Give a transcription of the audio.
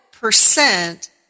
percent